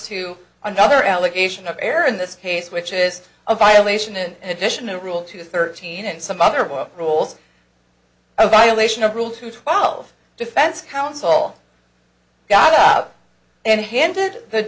to another allegation of error in this case which is a violation in addition to rule two thirteen and some other boy rules i violation of rule two twelve defense counsel i got up and handed the